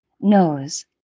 nose